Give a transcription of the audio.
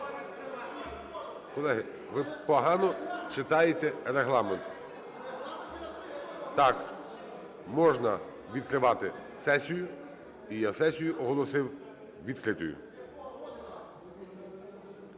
Колеги, ви погано читаєте Регламент. Так, можна відкривати сесію. І я сесію оголосив відкритою.